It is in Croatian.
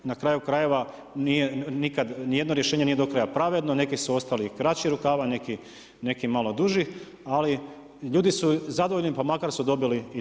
Na kraju krajeva nijedno rješenje nije do kraja pravedno, neki su ostali kraćih rukava, neki malo dužih, ali ljudi su zadovoljni pa makar su dobili i to.